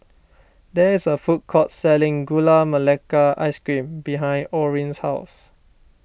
there is a food court selling Gula Melaka Ice Cream behind Orin's house